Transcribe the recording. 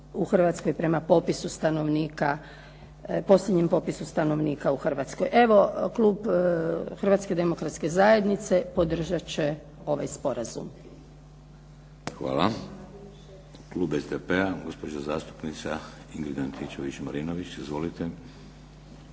u Hrvatskoj prema posljednjem popisu stanovnika u Hrvatskoj. Evo, klub Hrvatske demokratske zajednice podržat će ovaj sporazum. **Šeks, Vladimir (HDZ)** Hvala. Klub zastupnika SDP-a gospođa zastupnica Ingrid Antičević-Marinović. Izvolite.